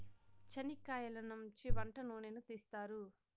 చనిక్కయలనుంచి వంట నూనెను తీస్తారు